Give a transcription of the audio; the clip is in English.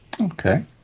Okay